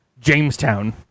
Jamestown